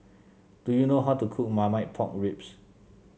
do you know how to cook Marmite Pork Ribs